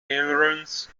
ailerons